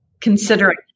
considering